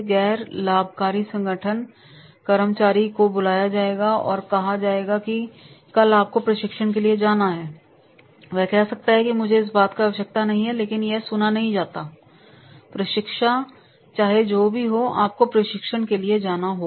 गैर लाभकारी संगठन कर्मचारी को बुलाया जाएगा और कहा जाएगा कि कल आपको प्रशिक्षण के लिए जाना है वह कह सकता है कि मुझे इस बात की आवश्यकता नहीं है लेकिन यह सुना नहीं जाता प्रशिक्षा चाहे जो भी हो आपको प्रशिक्षण के लिए जाना होगा